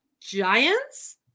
giants